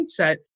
mindset